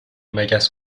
مگس